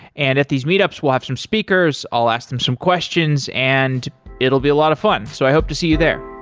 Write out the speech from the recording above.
and at these meetups, we'll have some speakers. i'll ask them some questions and it will be a lot of fun. so i hope to see you there